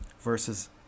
versus